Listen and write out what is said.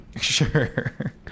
Sure